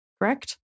correct